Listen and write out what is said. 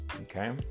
okay